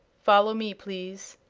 follow me, please,